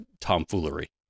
tomfoolery